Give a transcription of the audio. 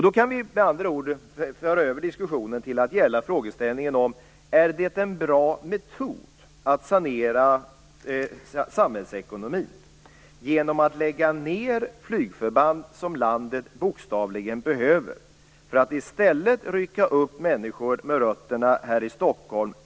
Då kan vi med andra ord föra över diskussionen till att gälla frågan: Är det en bra metod att sanera samhällsekonomin genom att lägga ned flygförband som landet bokstavligen behöver för att i stället tvångsvis rycka upp människor med rötterna här i Stockholm?